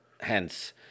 Hence